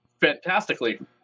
Fantastically